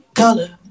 color